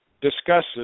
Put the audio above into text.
discusses